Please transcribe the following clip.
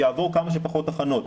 יעבור כמה שפחות הכנות.